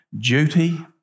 duty